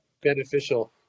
beneficial